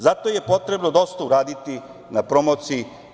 Zato je potrebno dosta uraditi na promociji.